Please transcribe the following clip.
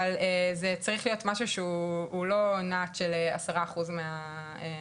אבל זה צריך להיות משהו שהוא לא רק עשרה אחוז מהמשרה,